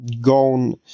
gone